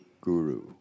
guru